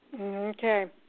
Okay